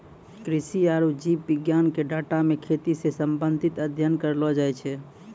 कृषि आरु जीव विज्ञान के डाटा मे खेती से संबंधित अध्ययन करलो जाय छै